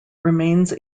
remains